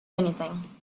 anything